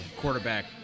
quarterback